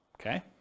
Okay